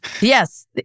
Yes